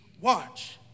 watch